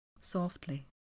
Softly